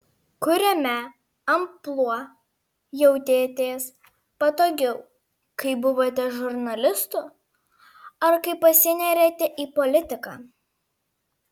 kuriame amplua jautėtės patogiau kai buvote žurnalistu ar kai pasinėrėte į politiką